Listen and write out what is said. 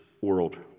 world